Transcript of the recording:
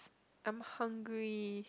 I'm hungry